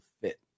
fit